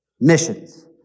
missions